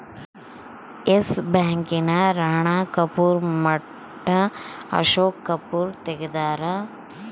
S bank ನ ರಾಣ ಕಪೂರ್ ಮಟ್ಟ ಅಶೋಕ್ ಕಪೂರ್ ತೆಗ್ದಾರ